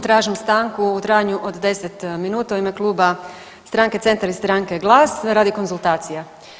Tražim stanku u trajanju od 10 minuta u ime Kluba stranke Centar i stranke GLAS radi konzultacija.